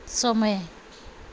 समय